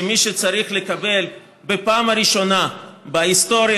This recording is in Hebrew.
שמי שצריך לקבל בפעם הראשונה בהיסטוריה